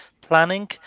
planning